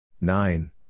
nine